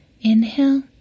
Inhale